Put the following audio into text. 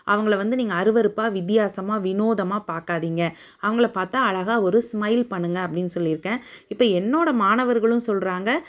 அவங்கள வந்து நீங்கள் அருவருப்பாக வித்தியாசமாக வினோதமாக பார்க்காதீங்க அவங்கள பார்த்தா அழகாக ஒரு ஸ்மைல் பண்ணுங்க அப்படின்னு சொல்லியிருக்கேன் இப்போ என்னோடய மாணவர்களும் சொல்கிறாங்க